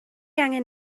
angen